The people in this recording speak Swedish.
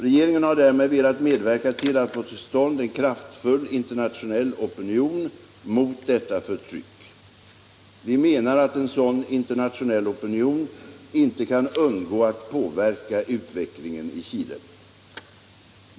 Regeringen har därmed velat medverka till att få till stånd en kraftfull internationell opinion mot detta förtryck. Vi menar att en sådan internationell opinion inte kan undgå att påverka utvecklingen i Chile.